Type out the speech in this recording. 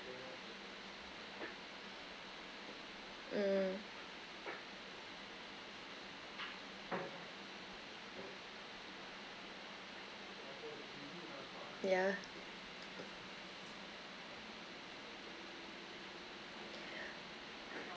mm yeah